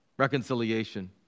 reconciliation